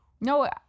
No